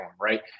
right